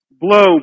Blow